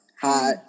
hot